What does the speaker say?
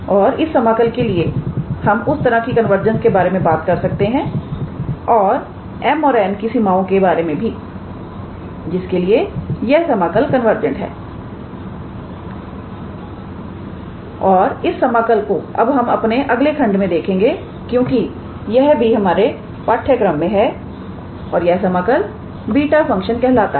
और इस समाकल के लिए हम उस तरह की कन्वर्जेंस के बारे में बात कर सकते हैं और m और n की सीमाओं के बारे में भी जिसके लिए यह समाकल कन्वर्जेंट है और इस समाकल को अब हम अपने अगले खंड में देखेंगे क्योंकि यह भी हमारे पाठ्यक्रम में है और यह समाकल बीटा फंक्शन कहलाता है